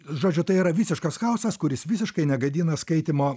žodžiu tai yra visiškas chaosas kuris visiškai negadina skaitymo